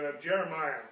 Jeremiah